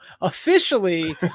Officially